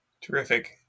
Terrific